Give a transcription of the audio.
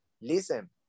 listen